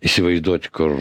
įsivaizduoti kur